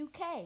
UK